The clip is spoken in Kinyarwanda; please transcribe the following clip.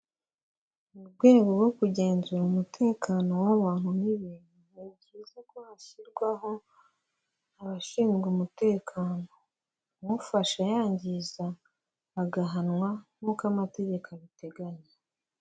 Mu rwego rwo kugenzura umutekano w'abantu n'ibintu, ni byiza ko hashyirwaho abashinzwe umutekano. Ufashwe yangiza agahanwa nk'uko amategeko abiteganya.